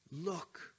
look